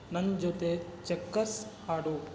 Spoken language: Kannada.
ನನ್ನ ಜೊತೆ ಚೆಕ್ಕರ್ಸ್ ಆಡು